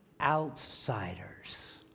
outsiders